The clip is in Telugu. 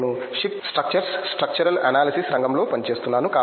నేను షిప్ స్ట్రక్చర్స్ స్ట్రక్చరల్ అనాలిసిస్ రంగంలో పనిచేస్తున్నాను